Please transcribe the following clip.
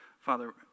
Father